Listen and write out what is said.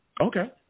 Okay